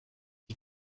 die